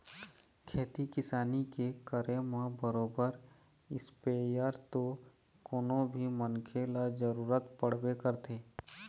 खेती किसानी के करे म बरोबर इस्पेयर तो कोनो भी मनखे ल जरुरत पड़बे करथे